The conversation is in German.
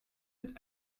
mit